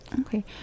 Okay